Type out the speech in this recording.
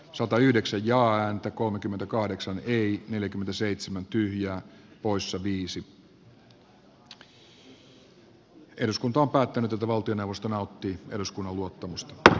satayhdeksän jaa ääntä kolmekymmentäkahdeksan kaj turusen ehdotus hyväksytty ja eduskunta on päättänyt että valtioneuvosto nauttii eduskunnan luottamusta